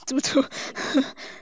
猪猪